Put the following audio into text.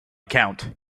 count